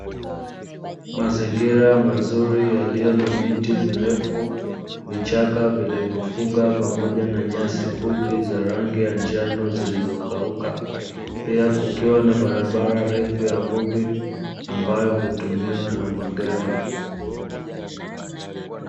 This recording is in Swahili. Mazingira mazuri yaliyo na miti mirefu, vichaka vilivyovunga pamoja, na nyasi vupi za rangi ya njano zilizo kauaka, pia kukiwa na barabara ndefu ya vumbi ambayo hutumiwa na magari.